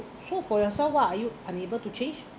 so for yourself ah are you unable to change